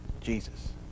Jesus